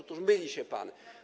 Otóż myli się pan.